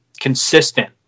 consistent